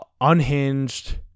unhinged